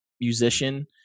musician